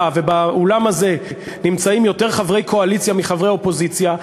ובאולם הזה נמצאים יותר חברי קואליציה מחברי אופוזיציה,